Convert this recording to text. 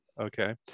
okay